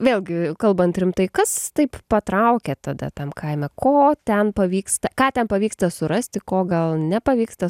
vėlgi kalbant rimtai kas taip patraukė tada tam kaime ko ten pavyksta ką ten pavyksta surasti ko gal nepavyksta